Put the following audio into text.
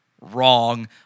wrong